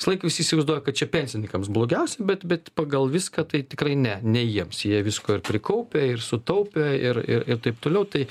visąlaik visi įsivaizduoja kad čia pensininkams blogiausia bet bet pagal viską tai tikrai ne ne jiems jie visko ir prikaupę ir sutaupę ir ir ir taip toliau tai